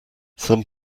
some